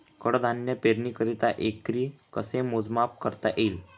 कडधान्य पेरणीकरिता एकरी कसे मोजमाप करता येईल?